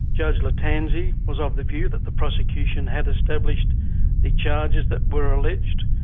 judge lattanzi was of the view that the prosecution had established the charges that were alleged,